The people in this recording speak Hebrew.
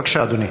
בבקשה, אדוני.